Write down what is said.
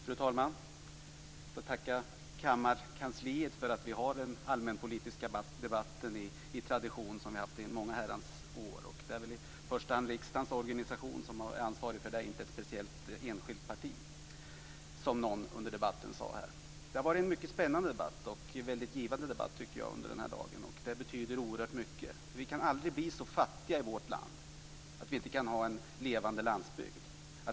Fru talman! Jag vill tacka kammarkansliet för att vi har den allmänpolitiska debatten i enlighet med en tradition som vi har haft i många herrans år. Det är väl i första hand riksdagens organisation som är ansvarig för det och inte något enskilt parti, som någon sade under debatten. Det har varit en mycket spännande och väldigt givande debatt i dag. Det betyder oerhört mycket. Vi kan aldrig bli så fattiga i vårt land att vi inte kan ha en levande landsbygd.